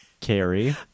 Carrie